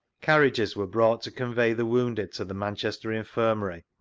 carriages were brought to convey the wounded to the manchester infirmary,